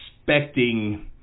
expecting